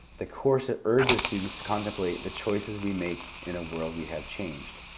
the course ah urges students to contemplate the choices we make in a world we have changed,